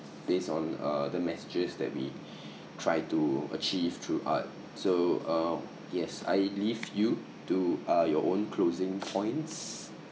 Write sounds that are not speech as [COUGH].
based on uh the messages that we [BREATH] try to achieve through art so uh yes I leave you to uh your own closing points